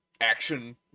action